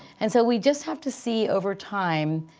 and so we just have to see over time,